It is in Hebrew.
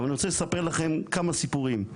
אני רוצה לספר לכם כמה סיפורים.